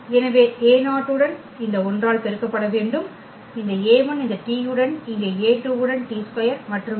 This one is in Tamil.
எனவே a0 உடன் இந்த 1 ஆல் பெருக்கப்பட வேண்டும் இந்த a1 இந்த t உடன் இங்கே a2 உடன் t2 மற்றும் பல